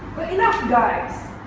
enough guys,